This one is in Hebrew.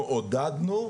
אנחנו עודדנו,